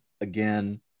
again